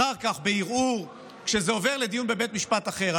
אחר כך, בערעור, זה עובר לדיון בבית משפט אחר.